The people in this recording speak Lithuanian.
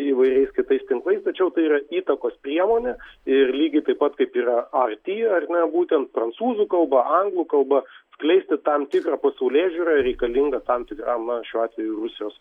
įvairiais kitais tinklais tačiau tai yra įtakos priemonė ir lygiai taip pat kaip yra arty ar ne būtent prancūzų kalba anglų kalba skleisti tam tikrą pasaulėžiūrą reikalingą tam tikram na šiuo atveju rusijos